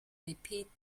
repeat